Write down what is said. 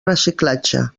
reciclatge